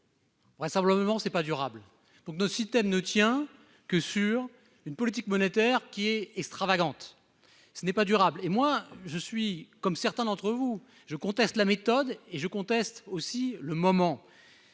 Vraisemblablement, ce n'est pas durable pour nos systèmes ne tient que sur une politique monétaire qui est extravagante. Ce n'est pas durable. Et moi je suis comme certains d'entre vous, je conteste la méthode et je conteste aussi le moment